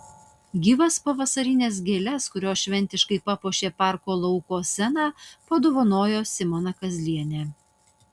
gyvas pavasarines gėles kurios šventiškai papuošė parko lauko sceną padovanojo simona kazlienė